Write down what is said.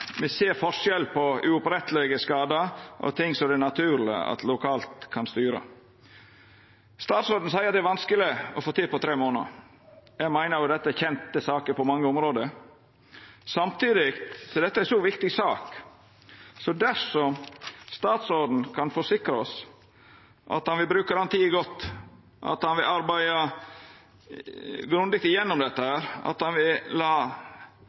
kan styra lokalt. Statsråden seier at det er vanskeleg å få til på tre månader. Eg meiner at dette er kjente saker på mange område. Samtidig er dette ei så viktig sak at dersom statsråden kan forsikra oss at han vil bruka tida godt, at han vil arbeida grundig gjennom dette, at han vil la